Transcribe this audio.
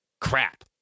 crap